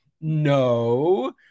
No